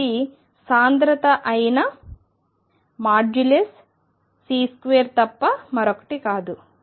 అనేది సాంద్రత అయిన C2 తప్ప మరొకటి కాదు